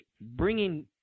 bringing